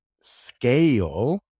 scale